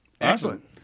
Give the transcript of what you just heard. Excellent